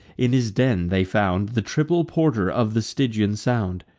in his den they found the triple porter of the stygian sound,